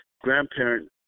grandparent